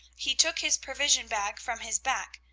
he took his provision bag from his back,